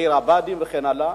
לעיר הבה"דים וכן הלאה,